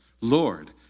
Lord